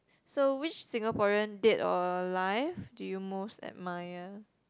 so which Singaporean dead or alive do you most admire